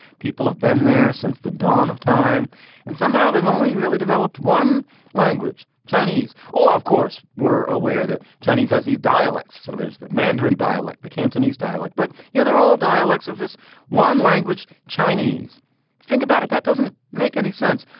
people have been there since the dawn of time and somehow they've only really developed one language. chinese or of course, were aware that chinese has these dialects. so there's the mandarin dialect, the cantonese dialect. but, you know, they're all dialects of this one language. chinese think about it. that doesn't make any sense.